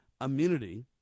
immunity